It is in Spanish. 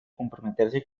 comprometerse